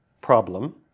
problem